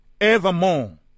evermore